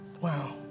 Wow